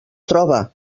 troba